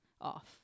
off